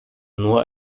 nur